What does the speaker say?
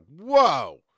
whoa